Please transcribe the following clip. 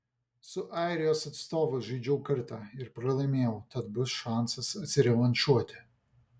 su airijos atstovu žaidžiau kartą ir pralaimėjau tad bus šansas atsirevanšuoti